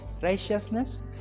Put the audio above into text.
righteousness